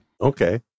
Okay